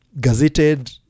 gazetted